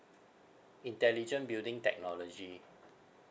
intelligent building technology